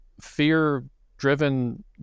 fear-driven